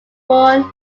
born